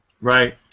Right